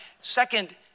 Second